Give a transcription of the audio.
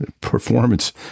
performance